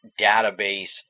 database